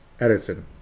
Edison